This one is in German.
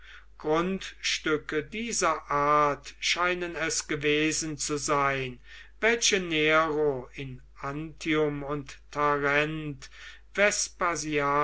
grundstücke dieser art scheinen es gewesen zu sein welche nero in antium und